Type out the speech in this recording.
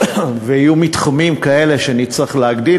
ויהיו מתחמים כאלה שאני צריך להגביל,